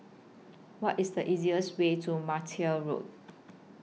What IS The easiest Way to Martia Road